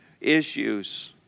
issues